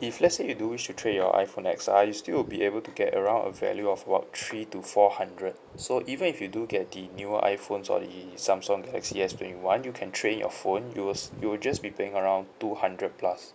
if let's say you do wish to trade in your iphone X uh you still will be able to get around a value of about three to four hundred so even if you do get the newer iphones or the Samsung galaxy S twenty one you can trade in your phone you will s~ you will just be paying around two hundred plus